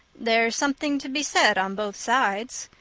there's something to be said on both sides.